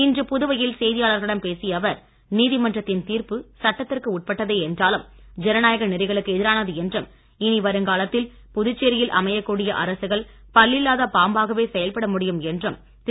இன்று புதுவையில் செய்தியாளர்களிடம் பேசிய அவர் நீதிமன்றத்தின் தீர்ப்பு சட்டத்திற்கு உட்பட்டதே என்றாலும் ஜனநாயக நெறிகளுக்கு எதிரானது என்றும் இனி வருங்காலத்தில் புதுச்சேரியில் அமையக் கூடிய அரசுகள் பல்லில்லாத பாம்பாகவே செயல்பட முடியும் என்றும் திரு